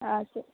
ஆ சரி